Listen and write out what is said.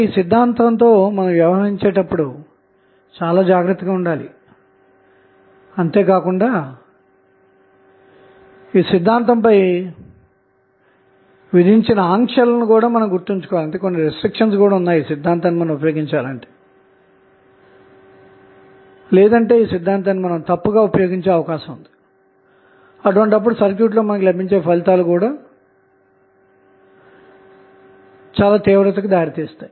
ఈ సిద్ధాంతం తో వ్యవహరించేటప్పుడు చాలా జాగ్రత్తగా ఉండాలి అంతేకాకుండా ఈ సిద్ధాంతం పై విధించిన ఆంక్షలను మనం గుర్తుంచుకొని మరీ ఉపయోగించాలి లేకుంటే మనం ఈ సిద్ధాంతాన్ని తప్పుగా ఉపయోగిస్తే అది సర్క్యూట్లో తీవ్రమైన తప్పుడు ఫలితాలకు దారితీస్తుంది